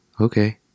okay